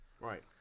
Right